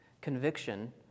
Conviction